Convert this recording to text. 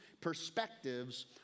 perspectives